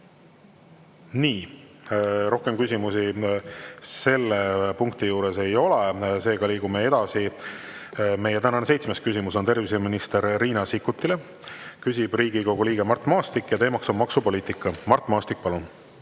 Nii, rohkem küsimusi selle punkti juures ei ole, seega liigume edasi. Meie tänane seitsmes küsimus on terviseminister Riina Sikkutile, küsib Riigikogu liige Mart Maastik ja teema on maksupoliitika. Mart Maastik, palun!